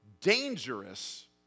dangerous